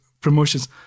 promotions